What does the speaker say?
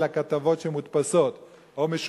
אלא כתבות שמודפסות או משודרות,